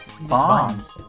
Bombs